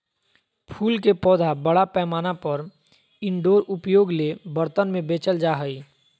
फूल के पौधा बड़ा पैमाना पर इनडोर उपयोग ले बर्तन में बेचल जा हइ